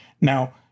Now